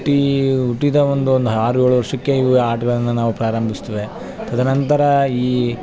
ಟ್ಟಿ ಹುಟ್ಟಿದ ಒಂದು ಒಂದು ಆರು ಏಳು ವರ್ಷಕ್ಕೆ ಇವು ಆಟಗಳನ್ನ ನಾವು ಪ್ರಾರಂಭಿಸ್ತೇವೆ ತದನಂತರ ಈ